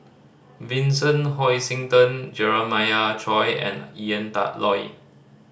Vincent Hoisington Jeremiah Choy and Ian Loy